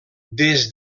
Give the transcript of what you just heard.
des